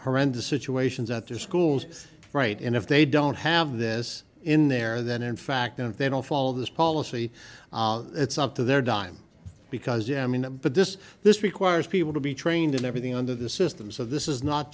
horrendous situations out to schools right and if they don't have this in there then in fact if they don't fall this policy it's up to their dime because yeah i mean but this this requires people to be trained in everything under the system so this is not